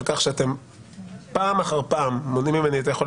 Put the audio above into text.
על כך שאתם פעם אחר פעם מונעים ממני את היכולת